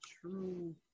true